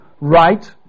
right